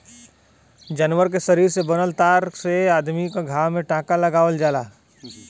जानवर के शरीर से बनल तार से अदमी क घाव में टांका लगावल जाला